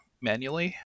manually